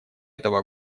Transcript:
этого